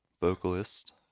vocalist